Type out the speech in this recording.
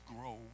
grow